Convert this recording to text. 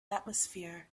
atmosphere